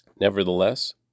Nevertheless